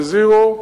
זה זירו,